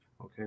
Okay